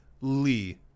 Lee